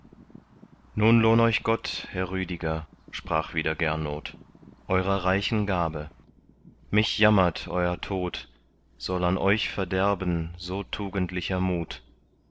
nun lohn euch gott herr rüdiger sprach wieder gernot eurer reichen gabe mich jammert euer tod soll an euch verderben so tugendlicher mut